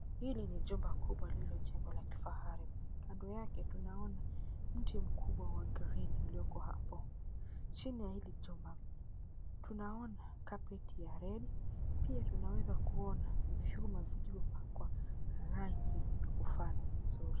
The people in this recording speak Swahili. Hili ni jumba kubwa lililojengwa la kifahari. Kando yake tunaona mti mkubwa wa green ulioko hapo. Chini ya hili jumba tunaona carpet ya red pia tunaweza kuona vyuma vilivyopakwa rangi ya kufana vizuri.